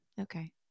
Okay